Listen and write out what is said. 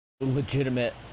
legitimate